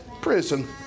prison